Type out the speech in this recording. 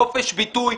חופש ביטוי,